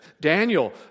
Daniel